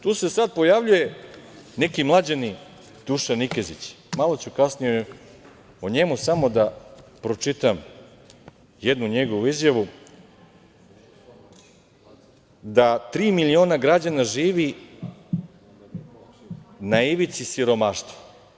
Tu se sada pojavljuje neki mlađani Dušan Nikezić, malo ću kasnije o njemu, samo da pročitam jednu njegovu izjavu – da tri miliona građana živi na ivici siromaštva.